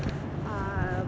um